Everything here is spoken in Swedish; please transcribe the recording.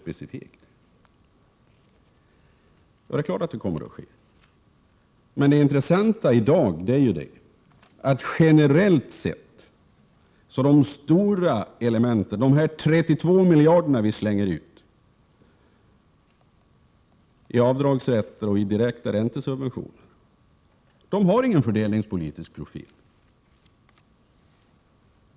Det är klart att det kommer att ske, men det intressanta i dag är ju att de stora beloppen, de 32 miljarder kronor som vi slänger ut i form av avdragsrätter och direkta räntesubventioner, saknar fördelningspolitisk profil.